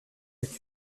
est